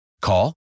Call